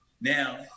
Now